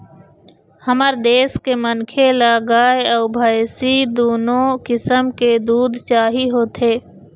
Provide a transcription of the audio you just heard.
हमर देश के मनखे ल गाय अउ भइसी दुनो किसम के दूद चाही होथे